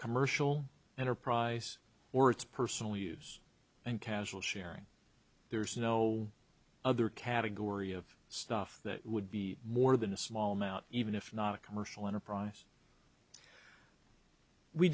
commercial enterprise or it's personal use and casual sharing there's no other category of stuff that would be more than a small amount even if not a commercial enterprise we